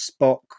Spock